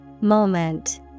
Moment